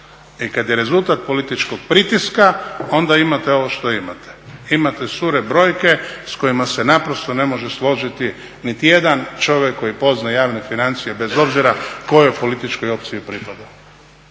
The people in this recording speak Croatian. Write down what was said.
i kad je rezultat političkog pritiska, onda imate ovo što imate. Imate sure brojke s kojima se naprosto ne može složiti niti jedan čovjek koji poznaje javne financije, bez obzira kojoj političkoj opciji pripada.